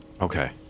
Okay